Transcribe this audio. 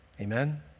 Amen